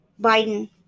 Biden